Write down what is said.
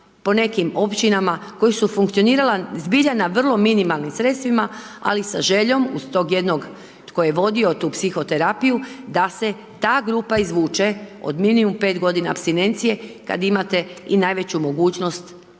po nekim općinama koja su funkcionirala zbilja na vrlo minimalnim sredstvima ali sa željom uz tog jednog tko je vodio tu psihoterapiju da se ta grupa izvuče od minimum 5 godina apstinencije kada imate i najveću mogućnost da